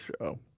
show